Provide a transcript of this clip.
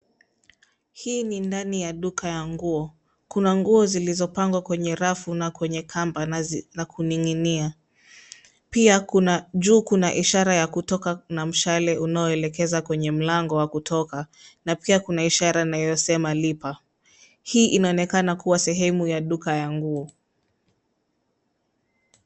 Hii ni ndani ya duka ya nguo. Kuna nguo zilizopangwa kwenye rafu na kwenye kamba na zingine kuninginia. Pia juu kuna ishara ya kutoka, kuna mshale unaoelekeza kwenye mlango wa kutoka na pia kuna ishara inayosema lipa. Hii inaonekana kuwa sehemu ya duka ya nguo.